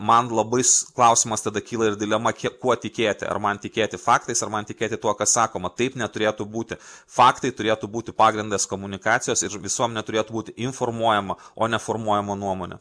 man labais klausimas tada kyla ir dilema kiek kuo tikėti ar man tikėti faktais ar man tikėti tuo kas sakoma taip neturėtų būti faktai turėtų būti pagrindas komunikacijos ir visuomenė turėtų būti informuojama o ne formuojama nuomonė